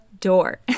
door